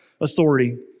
authority